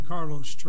Carlos